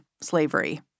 slavery